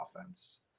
offense